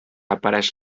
apareix